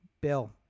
bill